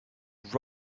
right